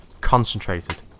concentrated